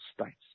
states